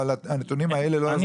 אבל הנתונים האלה לא יעזרו לי.